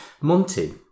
Monty